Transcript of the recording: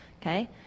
okay